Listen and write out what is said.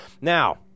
Now